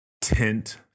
tint